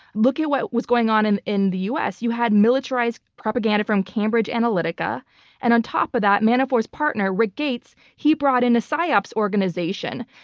look at what was going on in in the us. you had militarized propaganda from cambridge analytica and, on top of that, manafort's partner, rick gates, he brought in a psy-ops organization.